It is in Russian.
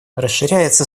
расширяется